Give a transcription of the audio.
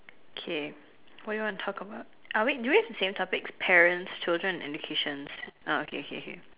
okay what do you want to talk about are we do we have the same topics parents children educations ah okay okay okay